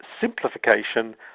simplification